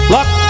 Luck